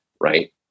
Right